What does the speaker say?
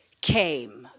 came